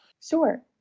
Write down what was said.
Sure